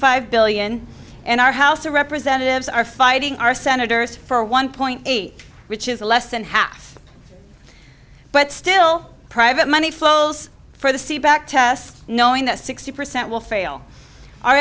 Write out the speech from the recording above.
five billion and our house of representatives are fighting our senators for one point eight which is less than half but still private money flows for the c back tests knowing that sixty percent will fail o